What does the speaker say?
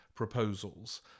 proposals